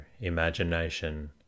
imagination